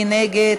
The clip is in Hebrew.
מי נגד?